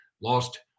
lost